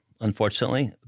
unfortunately